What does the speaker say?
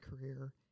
career